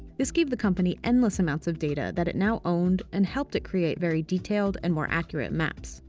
this gave the company endless amounts of data that it now owned and helped it create very detailed and more accurate maps.